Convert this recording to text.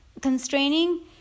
constraining